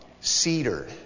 cedar